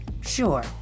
sure